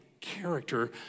character